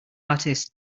artist